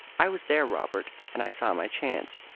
i was there, robert, and i saw my chance.